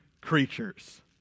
creatures